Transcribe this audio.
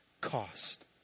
cost